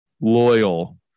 loyal